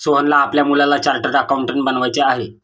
सोहनला आपल्या मुलाला चार्टर्ड अकाउंटंट बनवायचे आहे